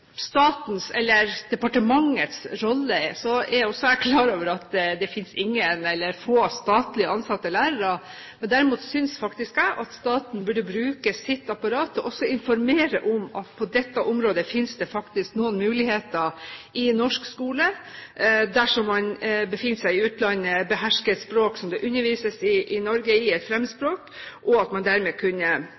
departementets rolle, er jeg svært klar over at det finnes få statlig ansatte lærere. Derimot synes jeg at staten burde bruke sitt apparat til også å informere om at det på dette området faktisk finnes noen muligheter i norsk skole dersom man befinner seg i utlandet og behersker et fremmedspråk som det undervises i i Norge, slik at man dermed kunne